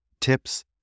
tips